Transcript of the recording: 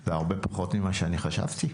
זה הרבה פחות ממה שאני חשבתי.